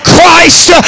Christ